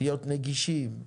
להיות נגישים,